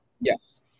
Yes